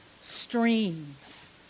streams